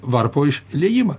varpo išliejimą